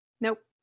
Nope